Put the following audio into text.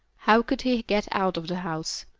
how could he get out of the house?